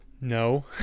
No